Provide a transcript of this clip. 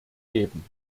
geben